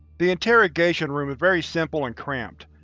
the interrogation room is very simple and cramped,